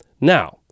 Now